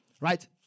Right